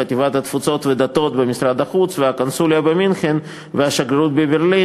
חטיבת תפוצות ודתות במשרד החוץ והקונסוליה במינכן והשגרירות בברלין,